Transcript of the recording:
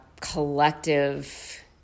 collective